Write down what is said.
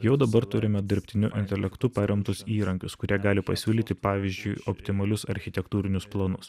jau dabar turime dirbtiniu intelektu paremtus įrankius kurie gali pasiūlyti pavyzdžiui optimalius architektūrinius planus